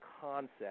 concept